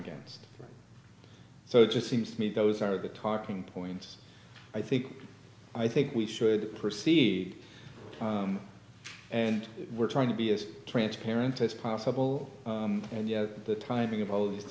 against so it just seems to me those are the talking points i think i think we should proceed and we're trying to be as transparent as possible and you know the timing of all of these